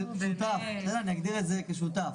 אגדיר אותו כשותף.